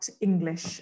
English